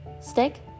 Stick